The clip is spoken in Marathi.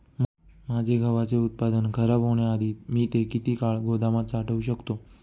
माझे गव्हाचे उत्पादन खराब होण्याआधी मी ते किती काळ गोदामात साठवू शकतो?